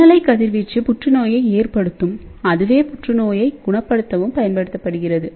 நுண்ணலை கதிர்வீச்சுபுற்றுநோயைப் ஏற்படுத்தும் அதுவே புற்றுநோயை குணப்படுத்தவும் பயன்படுத்தப்படுகிறது